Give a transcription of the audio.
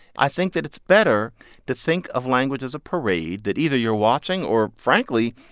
i think that it's better to think of language as a parade that either you're watching, or frankly,